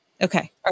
Okay